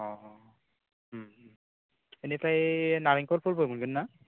अ अ बेनिफ्राय नारेंखलफोरबो मोनगोन ना